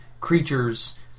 creatures